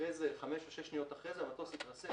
כמה שניות אחרי זה המטוס התרסק.